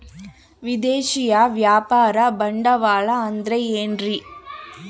ವಿದೇಶಿಯ ವ್ಯಾಪಾರ ಬಂಡವಾಳ ಅಂದರೆ ಏನ್ರಿ?